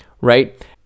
right